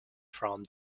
from